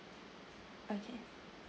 okay